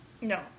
No